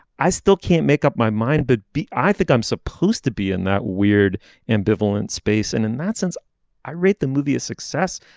i still can't make up my mind but i think i'm supposed to be in that weird ambivalent space and in that sense i read the movie a success.